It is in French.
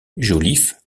joliffe